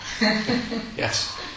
yes